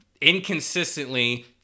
inconsistently